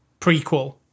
Prequel